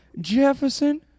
Jefferson